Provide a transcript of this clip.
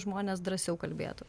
žmonės drąsiau kalbėtų